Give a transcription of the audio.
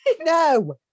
No